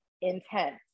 intense